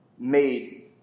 made